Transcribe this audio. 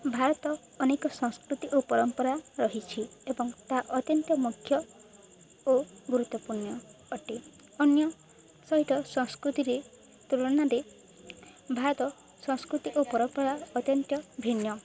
ଭାରତରେ ଅନେକ ସଂସ୍କୃତି ଓ ପରମ୍ପରା ରହିଛି ଏବଂ ତାହା ଅତ୍ୟନ୍ତ ମୁଖ୍ୟ ଓ ଗୁରୁତ୍ୱପୂର୍ଣ୍ଣ ଅଟେ ଅନ୍ୟ ସହିତ ସଂସ୍କୃତିରେ ତୁଳନାାରେ ଭାରତ ସଂସ୍କୃତି ଓ ପରମ୍ପରା ଅତ୍ୟନ୍ତ ଭିନ୍ନ